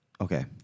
Okay